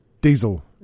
diesel